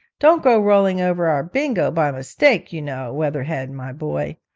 don't go rolling over our bingo by mistake, you know, weatherhead, my boy.